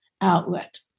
outlet